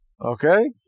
Okay